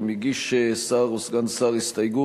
אם הגיש שר או סגן שר הסתייגות,